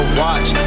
watch